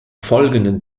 folgenden